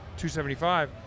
275